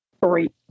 Great